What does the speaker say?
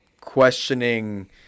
questioning